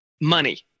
money